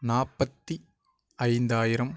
நாற்பத்தி ஐந்தாயிரம்